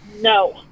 No